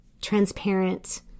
transparent